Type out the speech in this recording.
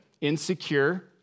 insecure